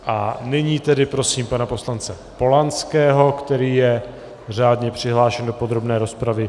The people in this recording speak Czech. A nyní tedy prosím pana poslance Polanského, který je řádně přihlášen do podrobné rozpravy.